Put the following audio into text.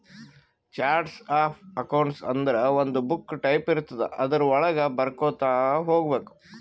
charts of accounts ಅಂದುರ್ ಒಂದು book type ಇರ್ತುದ್ ಅದುರ್ ವಳಾಗ ಬರ್ಕೊತಾ ಹೋಗ್ಬೇಕ್